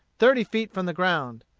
thirty feet from the ground.